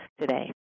today